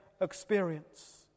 experience